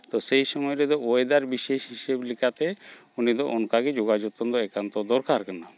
ᱛᱚ ᱥᱮᱭ ᱥᱚᱢᱚᱭ ᱨᱮᱫᱚ ᱚᱭᱮᱫᱟᱨ ᱵᱤᱥᱮᱹᱥ ᱦᱤᱥᱟᱹᱵᱽ ᱞᱮᱠᱟᱛᱮ ᱩᱱᱤ ᱫᱚ ᱚᱱᱠᱟ ᱜᱮ ᱡᱚᱜᱟᱣ ᱡᱚᱛᱚᱱ ᱫᱚ ᱮᱠᱟᱱᱛᱚ ᱫᱚᱨᱠᱟᱨ ᱠᱟᱱᱟ